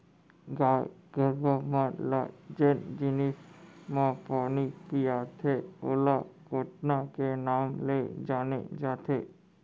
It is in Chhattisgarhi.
गाय गरूवा मन ल जेन जिनिस म पानी पियाथें ओला कोटना के नांव ले जाने जाथे